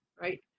right